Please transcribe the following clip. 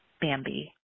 Bambi